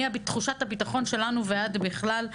מתחושת הביטחון שלנו ועד בכלל,